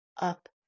up